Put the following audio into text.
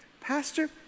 Pastor